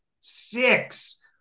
six